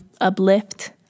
uplift